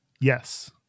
Yes